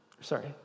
sorry